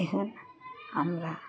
এখানে আমরা